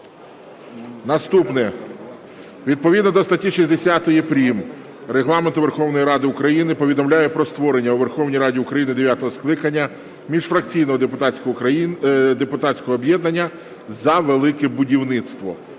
Наступне. Відповідно до статті 60 прим. Регламенту Верховної Ради України повідомляю про створення у Верховній Раді України дев'ятого скликання міжфракційного депутатського об'єднання "За велике будівництво".